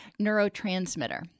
neurotransmitter